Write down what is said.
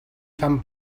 fan